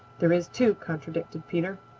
there is too, contradicted peter.